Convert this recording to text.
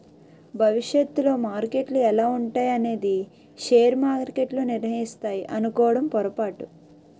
భవిష్యత్తులో మార్కెట్లు ఎలా ఉంటాయి అనేది షేర్ మార్కెట్లు నిర్ణయిస్తాయి అనుకోవడం పొరపాటు